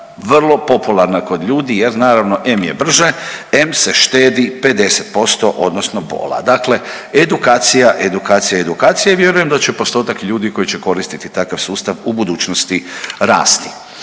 vrlo popularna kod ljudi jer naravno em je brže, em se štedi 50% odnosno pola, dakle edukacija, edukacija i edukacija i vjerujem da će postotak ljudi koji će koristiti takav sustav u budućnosti rasti.